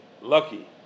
Lucky